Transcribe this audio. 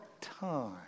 time